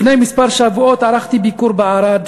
לפני כמה שבועות ערכתי ביקור בערד,